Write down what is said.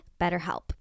BetterHelp